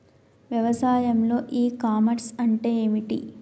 వ్యవసాయంలో e commerce అంటే ఏమిటి?